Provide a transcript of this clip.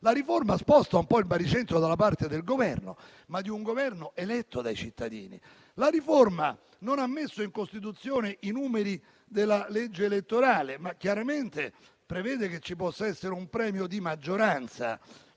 la riforma sposta un po' il baricentro dalla parte del Governo, ma di un Governo eletto dai cittadini. La riforma non ha messo in Costituzione i numeri della legge elettorale, ma chiaramente prevede che ci possa essere un premio di maggioranza